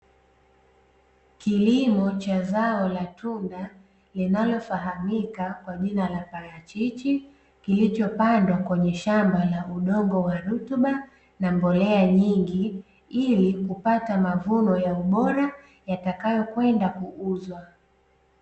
Kilimo cha zao la tunda linalofahamika kwa jina la parachichi, kilichopandwa kwenye shamba la udongo wa rutuba na mbolea nyingi ili kupata mavuno ya ubora yatakayo kwenda kuuzwa.